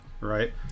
Right